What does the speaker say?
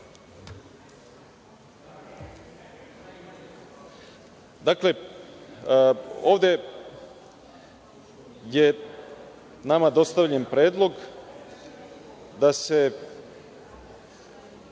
Dakle, ovde je nama dostavljen predlog da se